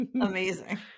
Amazing